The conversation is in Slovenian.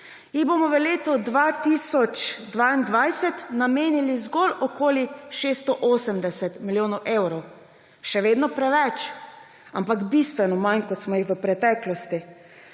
jih bomo v letu 2022 namenili zgolj okoli 680 milijonov. Še vedno preveč, ampak bistveno manj, kot smo jih v preteklosti.